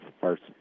first